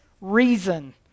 reason